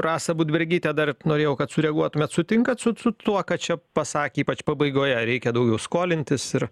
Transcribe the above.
rasa budbergyte dar norėjau kad sureaguotumėt sutinkat su su tuo ką čia pasakė ypač pabaigoje ar reikia daugiau skolintis ir